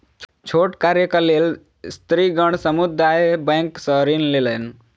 छोट कार्यक लेल स्त्रीगण समुदाय बैंक सॅ ऋण लेलैन